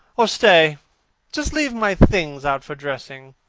or stay just leave my things out for dressing.